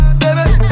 baby